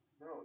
No